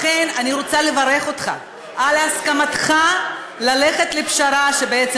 לכן אני רוצה לברך אותך על הסכמתך ללכת לפשרה שבעצם